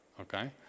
okay